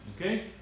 Okay